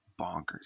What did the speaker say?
bonkers